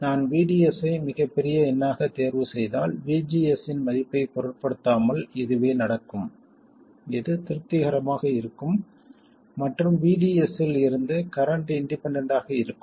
நான் VDS ஐ மிகப் பெரிய எண்ணாகத் தேர்வுசெய்தால் VGS இன் மதிப்பைப் பொருட்படுத்தாமல் இதுவே நடக்கும் இது திருப்திகரமாக இருக்கும் மற்றும் VDS இல் இருந்து கரண்ட் இண்டிபெண்டண்ட் ஆக இருக்கும்